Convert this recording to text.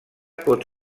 pot